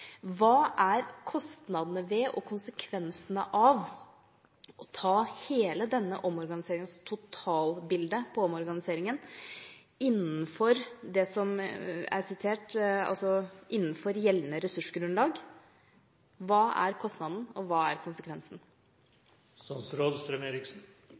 Hva er kostnadene ved og konsekvensene av å ta hele denne omorganiseringen – altså totalbildet av omorganiseringen – innenfor gjeldende ressursgrunnlag? Når det gjelder investeringskostnadene, er de godt redegjort for. Det dreier seg både om Haakonsvern og